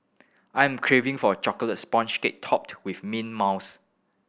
I am craving for a chocolate sponge cake topped with mint mousse